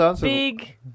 Big